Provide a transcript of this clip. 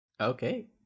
Okay